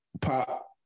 Pop